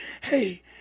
hey